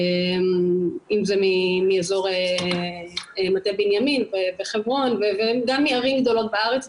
אם זה מאזור מטה בנימין וחברון וגם מערים גדולות בארץ,